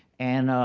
and,